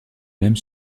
même